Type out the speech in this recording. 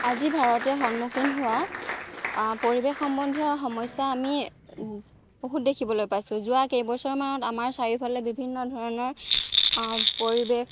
আজি ভাৰতে সন্মুখীন হোৱা পৰিৱেশ সম্বন্ধীয় সমস্যা আমি বহুত দেখিবলৈ পাইছোঁ যোৱা কেইবছৰমানত আমাৰ চাৰিওফালে বিভিন্ন ধৰণৰ পৰিৱেশ